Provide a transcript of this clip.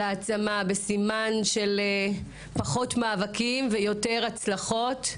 של העצמה, בסימן של פחות מאבקים ויותר הצלחות,